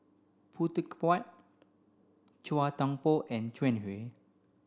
Khoo Teck Puat Chua Thian Poh and Jiang Hu